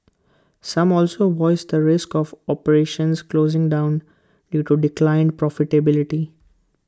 some also voiced the risk of operations closing down due to declined profitability